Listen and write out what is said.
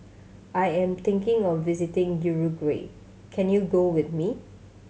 I am thinking of visiting Uruguay can you go with me